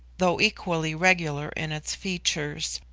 though equally regular in its features,